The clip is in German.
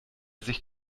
sich